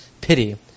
pity